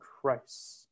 Christ